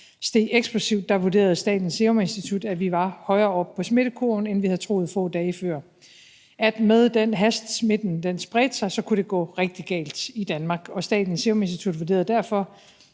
steg eksplosivt, vurderede Statens Serum Institut, at vi var højere oppe på smittekurven, end vi havde troet få dage før, og at med den hast, smitten spredte sig, kunne det gå rigtig galt i Danmark. Statens Serum Institut vurderede derfor,